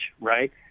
right